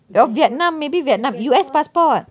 oh vietnam maybe vietnam U_S passport